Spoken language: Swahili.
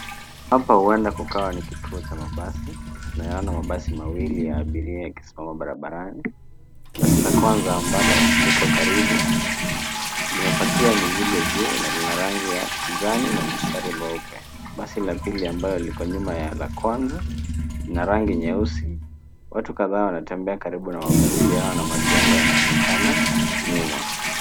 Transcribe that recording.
Hapa uenda kukawa ni kituo cha mabasi. Tunayaona mabasi mawili ya abiria yakisimama barabarani. Basi la kwanza ambalo liko karibu limepakia mizigo juu na lina rangi ya kijani na mistari mweupe. Basi la pili ambayo liko nyuma ya la kwanza lina rangi nyeusi . Watu kadhaa wanatembea kando ya mabasi haya na majengo yanaoenakana nyuma.